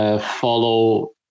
follow